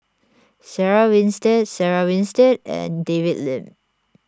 Sarah Winstedt Sarah Winstedt and David Lim